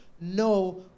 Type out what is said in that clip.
no